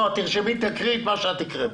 נעה, תרשמי, תקריאי את מה שהקראית.